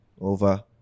over